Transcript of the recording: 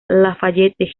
lafayette